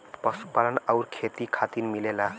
पशुपालन आउर खेती खातिर मिलेला